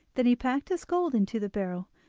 then he packed his gold into the barrel,